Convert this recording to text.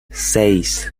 seis